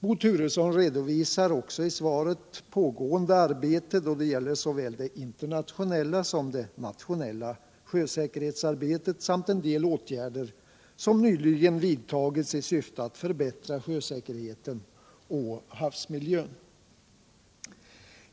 Bo Turesson redovisar också i svaret pågående arbete då det gäller såväl det internationella som det nationella sjösäkerhetsarbetet samt en del åtgärder som nyligen vidtagits i syfte att förbättra sjösäkerheten och havsmiljön.